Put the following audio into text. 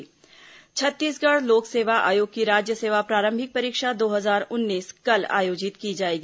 PSC परीक्षा छत्तीसगढ़ लोक सेवा आयोग की राज्य सेवा प्रारंभिक परीक्षा दो हजार उन्नीस कल आयोजित की जाएगी